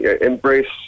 embrace